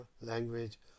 language